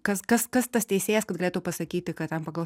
kas kas kas tas teisėjas kad galėtų pasakyti kad ten pagal